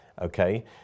okay